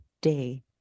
day